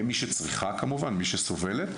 מי שצריכה כמובן, מי שסובלת.